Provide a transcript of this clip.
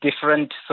different